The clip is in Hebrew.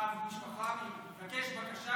המשפחה ותבקש בקשה